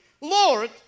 Lord